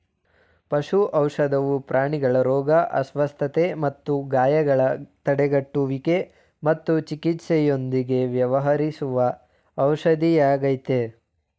ಪಶು ಔಷಧವು ಪ್ರಾಣಿಗಳ ರೋಗ ಅಸ್ವಸ್ಥತೆ ಮತ್ತು ಗಾಯಗಳ ತಡೆಗಟ್ಟುವಿಕೆ ಮತ್ತು ಚಿಕಿತ್ಸೆಯೊಂದಿಗೆ ವ್ಯವಹರಿಸುವ ಔಷಧಿಯಾಗಯ್ತೆ